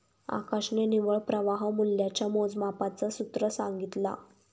आकाशने निव्वळ प्रवाह मूल्याच्या मोजमापाच सूत्र सांगितला